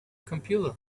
computer